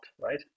right